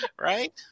Right